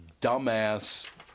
dumbass